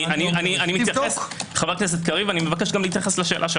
אתייחס גם לזה.